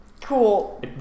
Cool